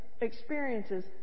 experiences